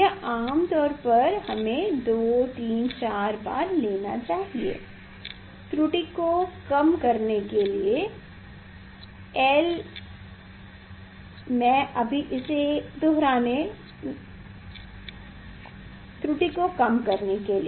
यह आम तौर पर हमें 2 3 4 बार लेना चाहिए त्रुटि को कम करने के लिए